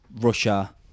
Russia